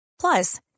Plus